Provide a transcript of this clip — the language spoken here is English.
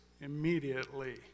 immediately